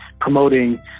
promoting